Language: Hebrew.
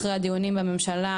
אחרי הדיונים בממשלה,